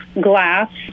glass